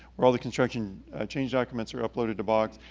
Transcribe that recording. where all the construction change documents are uploaded to box,